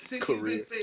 career